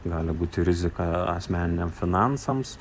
gali būti rizika asmeniniam finansams